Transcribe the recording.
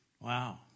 Wow